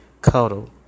cuddle